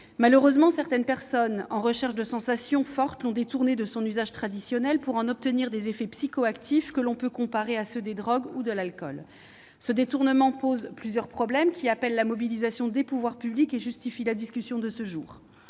Malheureusement, certaines personnes en recherche de sensations fortes l'ont détourné de son usage traditionnel pour en obtenir des effets psychoactifs, que l'on peut comparer à ceux des drogues ou de l'alcool. Ce détournement pose plusieurs problèmes, qui appellent la mobilisation des pouvoirs publics et justifient la discussion de ce jour.